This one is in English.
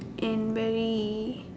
and very